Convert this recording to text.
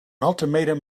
ultimatum